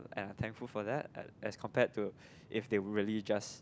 and I'm thankful for that as compare to if they really just